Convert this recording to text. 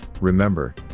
remember